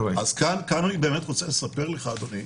אני רוצה לספר לך, אדוני,